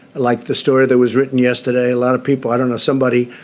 like the story that was written yesterday, a lot of people i don't know somebody